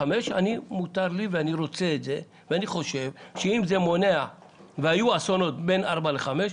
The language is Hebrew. מותר לי ואני רוצה שזה יהיה עד גיל חמש.